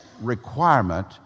requirement